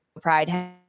Pride